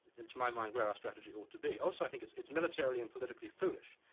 and to my mind, where our strategy ought to be. also, i think it's it's militarily and politically foolish,